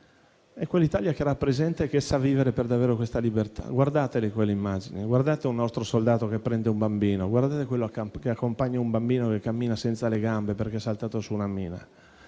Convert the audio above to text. è l'Italia che rappresenta e che sa vivere davvero questa libertà. Guardate le immagini di un nostro soldato che prende un bambino o quelle del nostro soldato che accompagna un bambino che cammina senza le gambe perché è saltato su una mina.